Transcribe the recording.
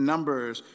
Numbers